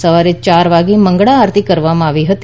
સવારે યાર વાગે મંગળા આરતી કરવામાં આવી હતી